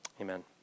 amen